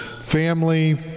family